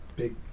big